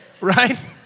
Right